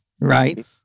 Right